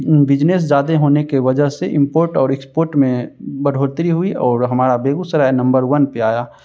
business ज़्यादा होने की वजह से इंपोर्ट और एक्सपोर्ट में बढ़ोतरी हुई और हमारा बेगूसराय नम्बर वन पर आया